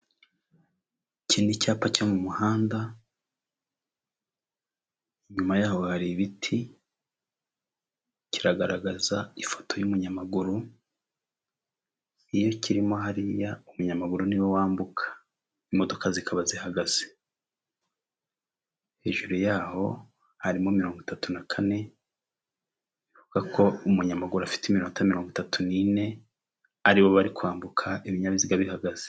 Iki n'icyapa cyo mu muhanda inyuma yaho hari ibiti kiragaragaza ifoto y'umunyamaguru iyo kirimo hariyayamaguru niwe wambuka imodokaba zihagaze hejuru yaho hari mirongo itatu kane bivuga ko umunyamaguru afite iminota mirongo itatu aribo bari kwambuka ibinyabiziga bihagaze.